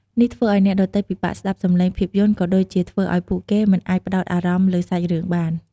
នេះធ្វើឲ្យអ្នកដទៃពិបាកស្តាប់សំឡេងភាពយន្ត ក៏ដូចជាធ្វើឲ្យពួកគេមិនអាចផ្តោតអារម្មណ៍លើសាច់រឿងបាន។